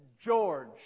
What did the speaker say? George